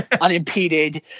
Unimpeded